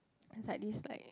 is like this like